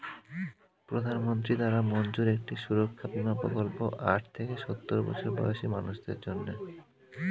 প্রধানমন্ত্রী দ্বারা মঞ্জুর একটি সুরক্ষা বীমা প্রকল্প আট থেকে সওর বছর বয়সী মানুষদের জন্যে